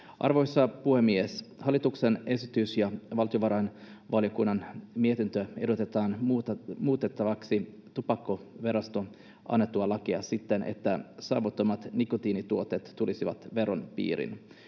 Arvoisa puhemies! Hallituksen esityksessä ja valtiovarainvaliokunnan mietinnössä ehdotetaan muutettavaksi tupakkaverosta annettua lakia siten, että savuttomat nikotiinituotteet tulisivat veron piiriin.